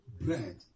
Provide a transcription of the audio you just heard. bread